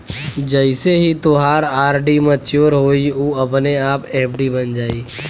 जइसे ही तोहार आर.डी मच्योर होइ उ अपने आप एफ.डी बन जाइ